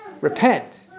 Repent